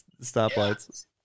stoplights